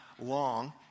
Long